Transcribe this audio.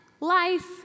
life